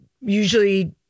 usually